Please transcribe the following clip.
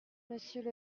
monsieur